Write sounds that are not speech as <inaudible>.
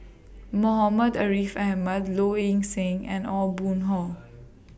Muhammad Ariff Ahmad Low Ing Sing and Aw Boon Haw <noise>